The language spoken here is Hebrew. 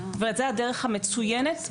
וזו הדרך המצוינת,